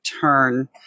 turn